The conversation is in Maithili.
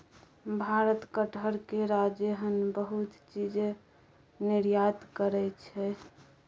भारत कटहर, केरा जेहन बहुते चीज निर्यात करइ छै